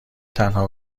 تنها